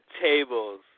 tables